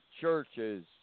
churches